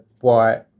white